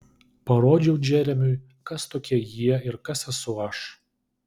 parodžiau džeremiui kas tokie jie ir kas esu aš